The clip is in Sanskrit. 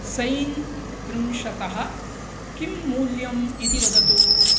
सैन् त्रिंशतः किं मूल्यम् इति वदतु